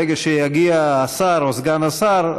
ברגע שיגיע הסגן או סגן השר,